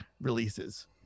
releases